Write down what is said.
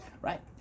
Right